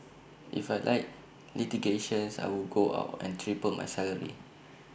if I liked litigations I would go out and triple my salary